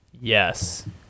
Yes